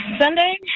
Sunday